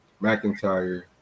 McIntyre